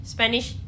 Spanish